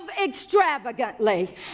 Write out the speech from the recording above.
extravagantly